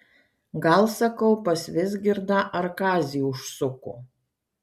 gal sakau pas vizgirdą ar kazį užsuko